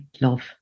love